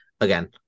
Again